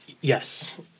Yes